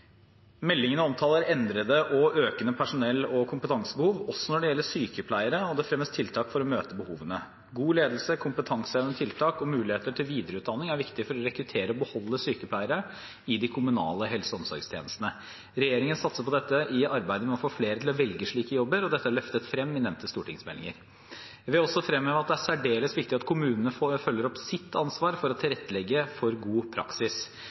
Meldingene omtaler endrede og økende personell- og kompetansebehov også når det gjelder sykepleiere, og det fremmes tiltak for å møte behovene. God ledelse, kompetansehevende tiltak og muligheter til videreutdanning er viktig for å rekruttere og beholde sykepleiere i de kommunale helse- og omsorgstjenestene. Regjeringen satser på dette i arbeidet med å få flere til å velge slike jobber, og dette er løftet frem i nevnte stortingsmeldinger. Jeg vil også fremheve at det er særdeles viktig at kommunene følger opp sitt ansvar for å tilrettelegge for god praksis.